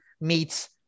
meets